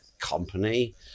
company